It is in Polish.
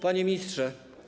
Panie Ministrze!